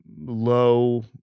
low